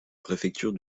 préfecture